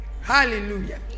Hallelujah